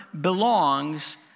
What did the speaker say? belongs